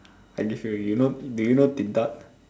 I give you already you know do you know Din-Tat